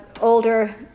older